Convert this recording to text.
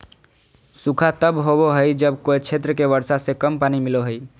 सूखा तब होबो हइ जब कोय क्षेत्र के वर्षा से कम पानी मिलो हइ